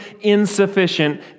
insufficient